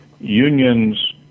Unions